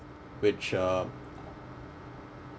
which uh